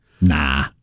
Nah